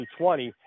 2020